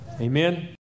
Amen